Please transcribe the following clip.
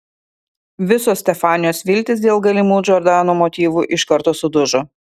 visos stefanijos viltys dėl galimų džordano motyvų iš karto sudužo